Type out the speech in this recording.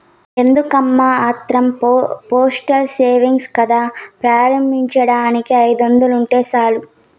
ఎందుకమ్మా ఆత్రం postal savings కాతా ప్రారంబించేదానికి ఐదొందలుంటే సాలు